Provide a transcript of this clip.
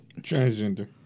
Transgender